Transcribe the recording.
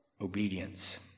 obedience